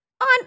On